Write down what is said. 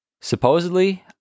supposedly